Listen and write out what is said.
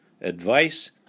advice